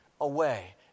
away